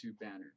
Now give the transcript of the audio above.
banner